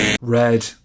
Red